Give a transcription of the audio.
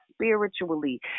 spiritually